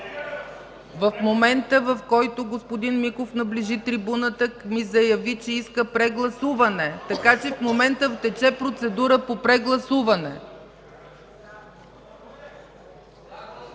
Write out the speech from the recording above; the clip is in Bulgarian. В момента, в който господин Миков наближи трибуната, ми заяви, че иска прегласуване. В момента тече процедура по прегласуване.